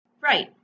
Right